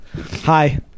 Hi